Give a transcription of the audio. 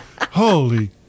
Holy